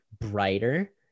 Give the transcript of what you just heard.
brighter